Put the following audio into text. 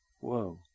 Whoa